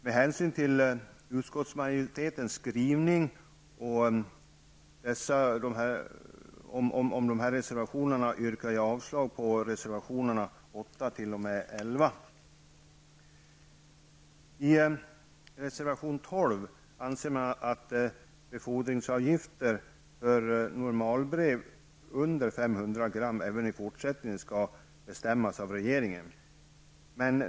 Med hänsyn till utskottsmajoritetens skrivning när det gäller dessa reservationer yrkar jag avslag på reservationerna I reservation 12 anser man att befordringsavgifter för normalbrev under 500 gr även i fortsättningen skall bestämmas av regeringen.